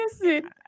Listen